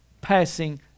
passing